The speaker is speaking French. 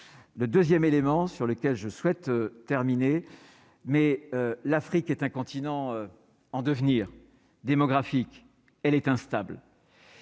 le 2ème élément sur lequel je souhaite terminer mais l'Afrique est un continent en devenir démographique, elle est instable